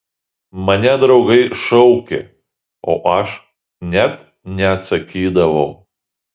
mane draugai šaukė o aš net neatsakydavau